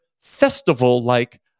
festival-like